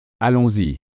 Allons-y